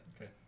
Okay